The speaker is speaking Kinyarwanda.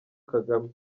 kagame